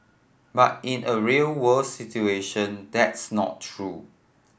but in a real world situation that's not true